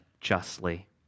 justly